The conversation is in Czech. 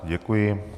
Děkuji.